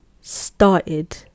started